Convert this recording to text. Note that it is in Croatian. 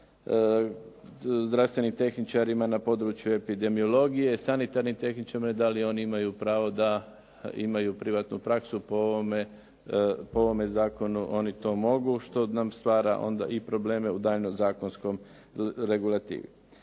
zdravstvenim tehničarima na području epidemiologije, sanitarnim tehničarima i da li oni imaju pravo da imaju privatnu praksu. Po ovome zakonu oni to mogu što nam stvara onda probleme i u daljnjoj zakonskoj regulativi.